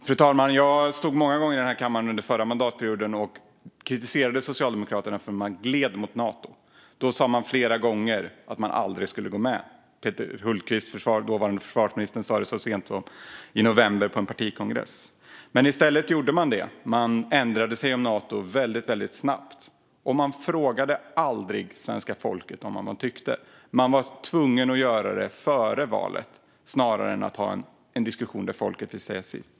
Fru talman! Jag stod många gånger i denna kammare under den förra mandatperioden och kritiserade Socialdemokraterna för att de gled mot Nato. Då sa de flera gånger att Sverige aldrig skulle gå med. Peter Hultqvist, dåvarande försvarsministern, sa det så sent som i november på en partikongress. Men i stället ändrade de sig om Nato väldigt snabbt, och de frågade aldrig svenska folket vad man tyckte. De var tvungna att göra detta före valet i stället för att ha en diskussion och låta folket säga sitt.